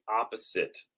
opposite